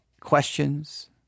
Questions